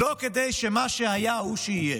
לא כדי שמה היה הוא שיהיה.